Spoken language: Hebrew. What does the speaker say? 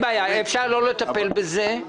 אין בעיה, אפשר לא לטפל בזה.